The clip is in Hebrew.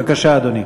בבקשה, אדוני.